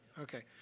Okay